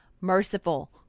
merciful